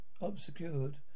obscured